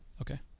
Okay